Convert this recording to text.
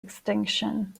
extinction